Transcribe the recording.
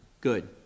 Good